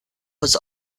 was